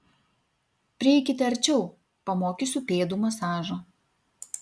prieikite arčiau pamokysiu pėdų masažo